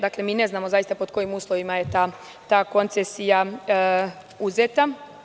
Dakle, mi ne znamo pod kojim uslovima je ta koncesija uzeta.